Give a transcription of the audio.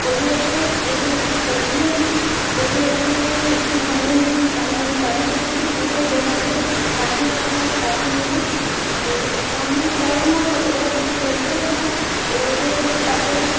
ओह्दे च असें सवेरे मतलब सरगी होंदी ओहदे च असे रुट्टी खानी होंदी पानी शानी तैह्लूं पींदे भी पूरे देन असें कख निं खाना ते कख निं पीना अदे शामी टाइम मतलब पूरा कलैंडर होंदा ओह्दे बेच असें